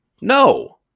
no